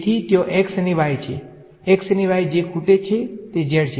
તેથી ત્યાં x અને y છે x અને y જે ખૂટે છે તે z છે